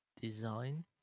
design